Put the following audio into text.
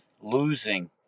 losing